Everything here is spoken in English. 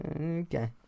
Okay